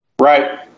Right